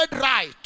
right